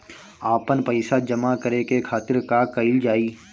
आपन पइसा जमा करे के खातिर का कइल जाइ?